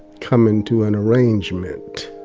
coming to an arrangement.